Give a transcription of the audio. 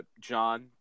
John